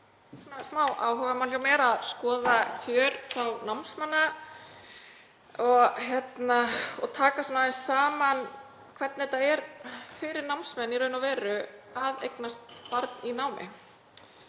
smá áhugamál hjá mér, að skoða kjör námsmanna og taka saman hvernig það er fyrir námsmenn í raun og veru að eignast börn í námi.